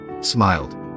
smiled